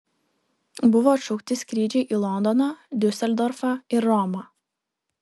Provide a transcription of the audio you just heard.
buvo atšaukti skrydžiai į londoną diuseldorfą ir romą